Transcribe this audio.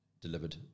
delivered